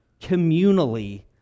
communally